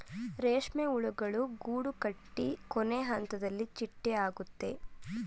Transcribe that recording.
ರೇಷ್ಮೆ ಹುಳುಗಳು ಗೂಡುಕಟ್ಟಿ ಕೊನೆಹಂತದಲ್ಲಿ ಚಿಟ್ಟೆ ಆಗುತ್ತೆ